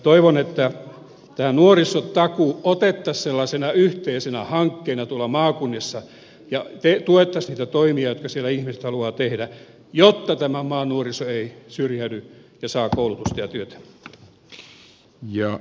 toivon että tämä nuorisotakuu otettaisiin sellaisena yhteisenä hankkeena tuolla maakunnissa ja tuettaisiin niitä toimia joita siellä ihmiset haluavat tehdä jotta tämän maan nuoriso ei syrjäydy ja saa koulutusta ja työtä